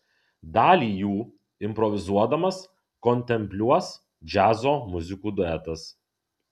dalį jų improvizuodamas kontempliuos džiazo muzikų duetas